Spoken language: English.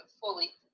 fully